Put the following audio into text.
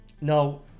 No